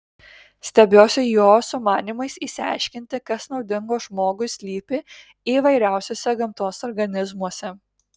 stebiuosi jo sumanymais išsiaiškinti kas naudingo žmogui slypi įvairiausiuose gamtos organizmuose